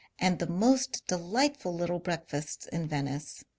and the most delightful little breakfasts in venice.